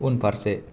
उनफारसे